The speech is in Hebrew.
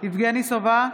יבגני סובה,